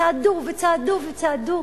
ונחשולי האדם הזה צעדו וצעדו,